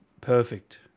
perfect